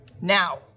Now